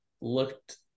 looked